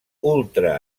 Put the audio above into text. ultra